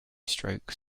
stroke